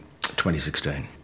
2016